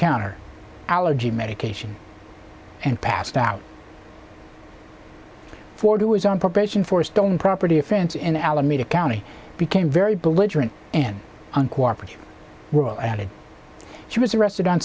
counter allergy medication and passed out for do is on probation for a stone property offense in alameda county became very belligerent and uncooperative were added she was arrested on